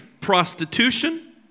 prostitution